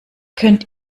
könnt